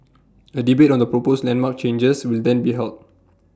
A debate on the proposed landmark changes will then be held